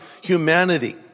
humanity